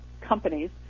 companies